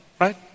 right